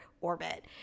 orbit